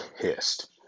pissed